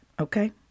Okay